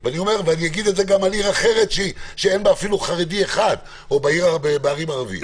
אני אגיד את זה גם על ערים שאין בה חרדי אחד וגם על ערים ערביות.